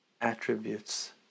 attributes